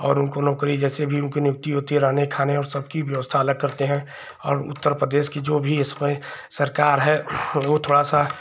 और उनको नौकरी जैसे भी उनकी नियुक्ति होती है रहने खाने और सबकी व्यवस्था अलग करते हैं और उत्तर प्रदेश की जो भी इस समय सरकार है वह थोड़ा सा